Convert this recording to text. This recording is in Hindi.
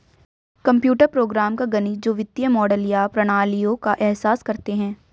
कंप्यूटर प्रोग्राम का गणित जो वित्तीय मॉडल या प्रणालियों का एहसास करते हैं